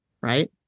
right